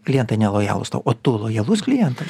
klientai nelojalūs tau o tu lojalus klientui